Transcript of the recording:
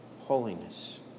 holiness